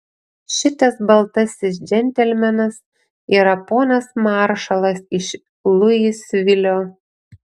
šitas baltasis džentelmenas yra ponas maršalas iš luisvilio